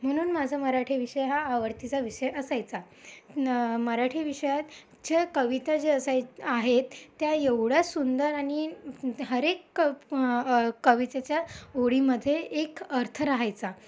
म्हणून माझा मराठी विषय हा आवडतीचा विषय असायचा मराठी विषयात च्या कविता ज्या असाय आहेत त्या एवढ्या सुंदर आणि हर एक कवितेच्या ओळीमध्ये एक अर्थ रहायचा